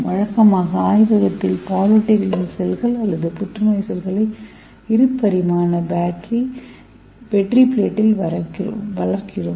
வழக்கமாக ஆய்வகத்தில் பாலூட்டிகளின் செல்கள் அல்லது புற்றுநோய் செல்களை இரு பரிமாண பெட்ரி பிளைட்டில் வளர்க்கிறோம்